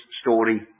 story